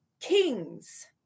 kings